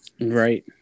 Right